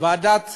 וועדת